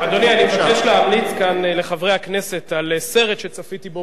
אני מבקש להמליץ כאן לחברי הכנסת על סרט שצפיתי בו בימים האחרונים,